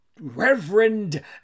Reverend